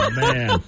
man